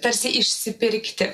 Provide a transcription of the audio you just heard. tarsi išsipirkti